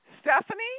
Stephanie